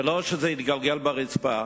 ולא שיתגלגל על הרצפה.